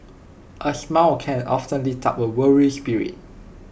A smile can often lift up A weary spirit